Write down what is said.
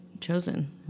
chosen